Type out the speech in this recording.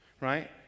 right